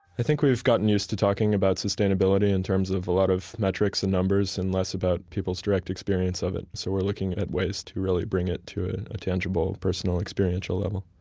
i think we've gotten used to talking about sustainability in terms of a lot of metrics and numbers and less about people's direct experience of it. so we're looking at at ways to really bring it to ah a tangible, personal, experiential level.